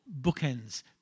bookends